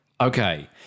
Okay